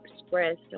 expressed